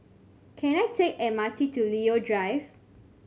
can I take the M R T to Leo Drive